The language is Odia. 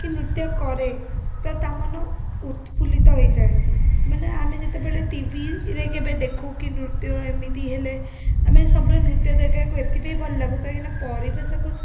କି ନୃତ୍ୟ କରେ ତ ତା' ମନ ଉତ୍ଫୁଲ୍ଲିତ ହେଇଯାଏ ମାନେ ଆମେ ଯେତେବେଳେ ଟିଭିରେ କେବେ ଦେଖୁକି ନୃତ୍ୟ ଏମିତି ହେଲେ ଆମେ ସବୁବେଳେ ନୃତ୍ୟ ଦେଖିବାକୁ ଏଥିପାଇଁ ଭଲ ଲାଗୁ କାହିଁକିନା ପରିବେଶକୁ